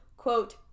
Quote